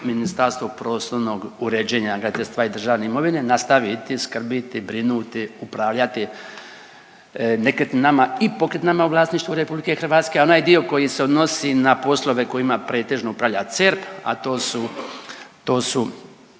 Ministarstvo prostornog uređenja, graditeljstva i državne imovine nastaviti skrbiti, brinuti, upravljati nekretninama i pokretninama u vlasništvu RH, a onaj dio koji se odnosi na poslove kojima pretežno upravlja CERP, a to su,